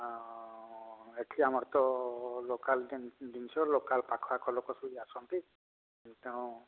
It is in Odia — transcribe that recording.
ଆଁ ଏଠି ଆମର ତ ଲୋକାଲ୍ କେମିତି ଜିନିଷ ଲୋକାଲ୍ ପାଖ ଆଖ ସବୁ ଆସନ୍ତି ତେଣୁ